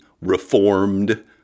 reformed